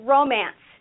Romance